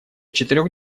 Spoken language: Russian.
четырех